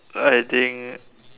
I think